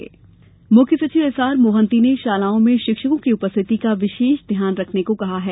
मोहंती शिक्षक मुख्य सचिव एसआर मोहन्ती ने शालाओं में शिक्षकों की उपस्थिति का विशेष ध्यान रखने को कहा है